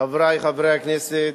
חברי חברי הכנסת,